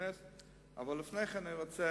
להכניס את זה לפרוטוקול, אבל לפני כן אני רוצה